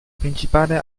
principale